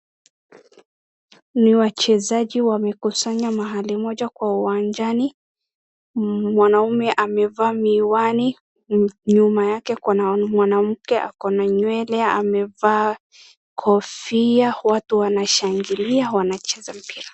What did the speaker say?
Ni wachezaji wamekusanya mahali moja kwa uwanjani. Mwanaume amevaa miwani nyuma yake kuna mwanamke akona nywele amevaa kofia watu wanashangilia wanacheza mpira.